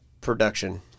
production